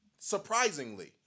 surprisingly